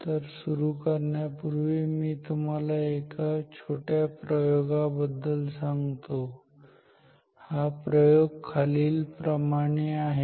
तर सुरू करण्यापूर्वी मी तुम्हाला एका छोट्या प्रयोगाबद्दल सांगतो प्रयोग खालील प्रमाणे आहे